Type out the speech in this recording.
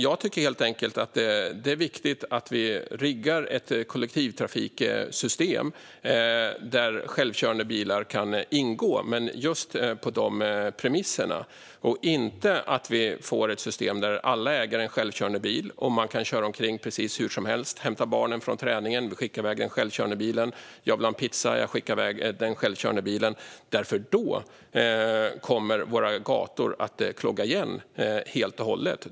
Jag tycker att det är viktigt att vi riggar ett kollektivtrafiksystem där självkörande bilar kan ingå, men det ska vara på just de premisserna så att vi inte får ett system där alla är ägare av en självkörande bil och kan köra omkring precis hur som helst. Hämta barnen från träningen - jag skickar i väg den självkörande bilen. Jag vill ha en pizza - jag skickar i väg den självkörande bilen. Då kommer våra gator att kloggas igen helt och hållet.